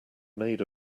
maid